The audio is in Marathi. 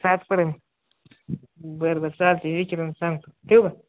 सातपर्यंत बरं बरं चालते विचारून सांगतो ठेवू का